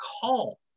call